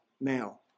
now